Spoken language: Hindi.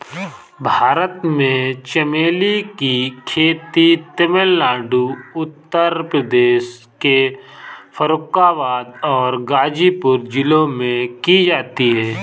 भारत में चमेली की खेती तमिलनाडु उत्तर प्रदेश के फर्रुखाबाद और गाजीपुर जिलों में की जाती है